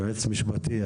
יועץ משפטי.